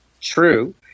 true